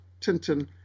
Tintin